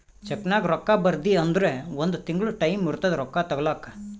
ಚೆಕ್ನಾಗ್ ರೊಕ್ಕಾ ಬರ್ದಿ ಅಂದುರ್ ಒಂದ್ ತಿಂಗುಳ ಟೈಂ ಇರ್ತುದ್ ರೊಕ್ಕಾ ತಗೋಲಾಕ